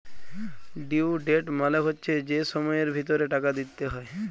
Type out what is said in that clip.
due date মালে হচ্যে যে সময়ের ভিতরে টাকা দিতে হ্যয়